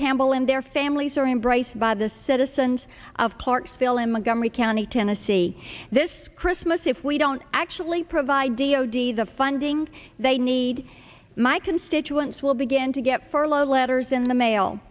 campbell and their families are embraced by the citizens of clarksville imogen re county tennessee this christmas if we don't actually provide d o d the funding they need my constituents will begin to get furlough letters in the mail